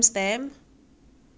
要死 lor